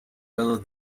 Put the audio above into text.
lado